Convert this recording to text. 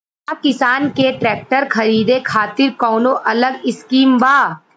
का किसान के ट्रैक्टर खरीदे खातिर कौनो अलग स्किम बा?